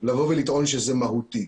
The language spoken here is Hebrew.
ניתן לבוא ולטעון שזה מהותי.